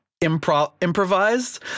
improvised